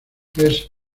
hesse